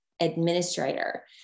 administrator